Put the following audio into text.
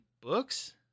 books